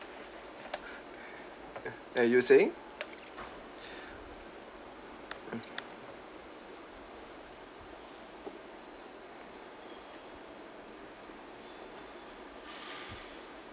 uh you were saying mm